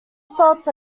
salts